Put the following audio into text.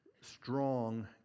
strong